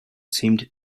seemed